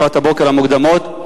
בשעות הבוקר המוקדמות,